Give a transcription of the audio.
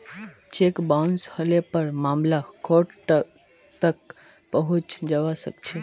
cheque bounce हले पर मामला कोर्ट तक पहुंचे जबा सकछे